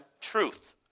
truth